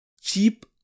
Cheap